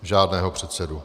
Žádného předsedu.